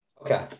Okay